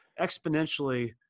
exponentially